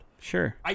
Sure